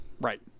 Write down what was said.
Right